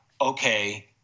okay